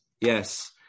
yes